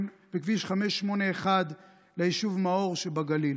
בכביש 581 סמוך ליישוב מאור שבגליל,